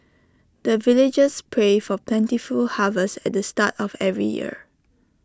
the villagers pray for plentiful harvest at the start of every year